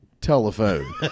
telephone